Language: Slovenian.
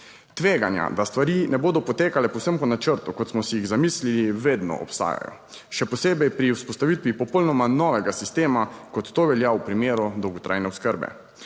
Tveganja, da stvari ne bodo potekale povsem po načrtu, kot smo si jih zamislili, vedno obstajajo, še posebej pri vzpostavitvi popolnoma novega sistema, kot to velja v primeru dolgotrajne oskrbe.